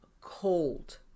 cold